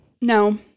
No